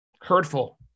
Hurtful